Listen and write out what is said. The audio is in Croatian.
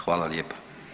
Hvala lijepa.